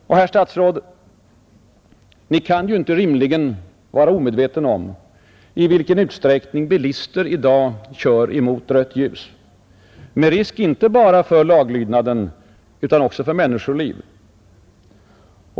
Och, herr statsråd, Ni kan inte rimligen vara omedveten om i vilken utsträckning bilister i dag kör emot rött ljus — med risk, inte bara för laglydnaden, utan också för människoliv!